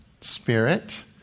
spirit